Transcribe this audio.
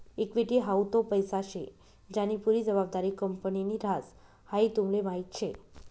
equity हाऊ तो पैसा शे ज्यानी पुरी जबाबदारी कंपनीनि ह्रास, हाई तुमले माहीत शे